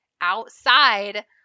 outside